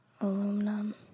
Aluminum